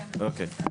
אוקיי.